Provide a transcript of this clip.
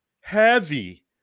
heavy